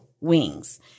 wings